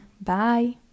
Bye